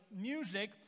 music